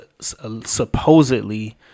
supposedly